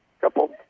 couple